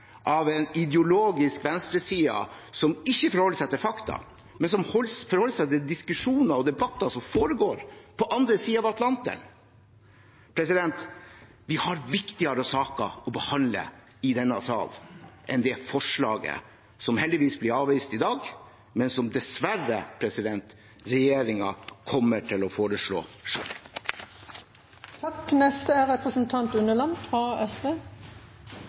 av en ideologisk venstreside som ikke forholder seg til fakta, men til diskusjoner og debatter som foregår på den andre siden av Atlanteren. Vi har viktigere saker å behandle i denne sal enn dette forslaget, som heldigvis blir avvist i dag, men som dessverre regjeringen kommer til å foreslå selv. Kvitteringsordning handler om å bygge tillit gjennom åpenhet. I motsetning til det forrige taler fra